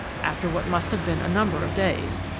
after what must have been a number of days,